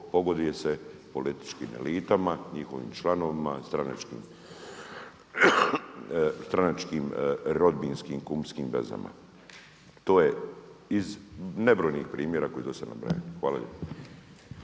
pogoduje se političkim elitama, njihovim članovima, stranačkim, rodbinskim i kumskim vezama. To je iz nebrojenih primjera koji su dosada nabrojani. Hvala